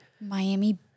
Miami